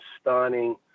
stunning